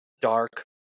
dark